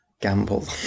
gamble